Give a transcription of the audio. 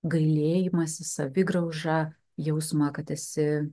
gailėjimąsi savigraužą jausmą kad esi